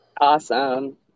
Awesome